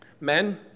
Men